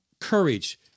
Courage